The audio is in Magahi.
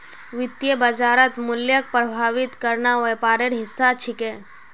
वित्तीय बाजारत मूल्यक प्रभावित करना व्यापारेर हिस्सा छिके